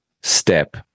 step